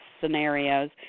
scenarios